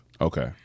Okay